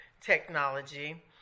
technology